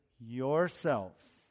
yourselves